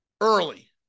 early